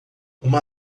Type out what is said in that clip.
uma